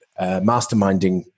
masterminding